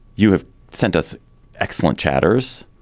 you have sent us excellent chatters.